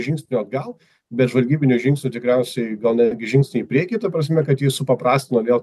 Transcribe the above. žingsniu atgal bet žvalgybiniu žingsniu tikriausiai gal netgi žingsnį į priekį ta prasme kad jį supaprastino vėl